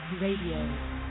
Radio